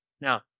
Now